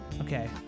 Okay